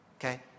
Okay